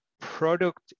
product